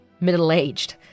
middle-aged